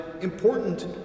important